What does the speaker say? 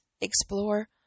explore